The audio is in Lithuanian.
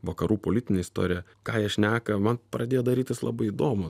vakarų politinę istoriją ką jie šneka man pradėjo darytis labai įdomu